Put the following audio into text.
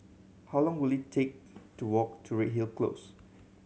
how long will it take to walk to Redhill Close